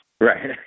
right